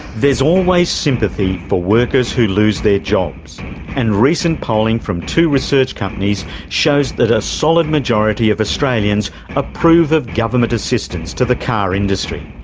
there's always sympathy for but workers who lose their jobs and recent polling from two research companies shows that a solid majority of australians approve of government assistance to the car industry.